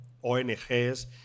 ONGs